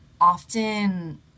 often